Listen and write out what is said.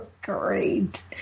Great